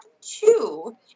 two